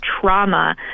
trauma